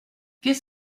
qu’est